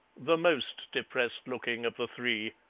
the most depressed-looking of the three,